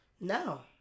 No